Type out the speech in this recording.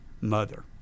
mother